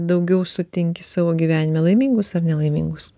daugiau sutinki savo gyvenime laimingus ar nelaimingus